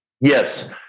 Yes